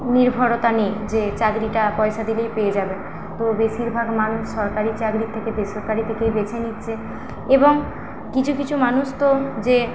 নির্ভরতা নেই যে চাকরিটা পয়সা দিলেই পেয়ে যাবে তো বেশিরভাগ মানুষ সরকারি চাকরির থেকে বেসরকারি থেকেই বেছে নিচ্ছে এবং কিছু কিছু মানুষ তো যে